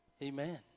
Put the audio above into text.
Amen